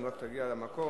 רק תגיע למקום,